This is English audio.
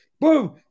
Boom